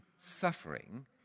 suffering